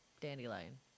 dandelion